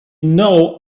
know